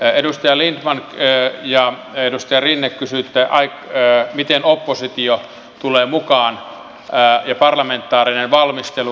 edustaja lindtman ja edustaja rinne kysyitte miten oppositio tulee mukaan ja tuleeko parlamentaarinen valmistelu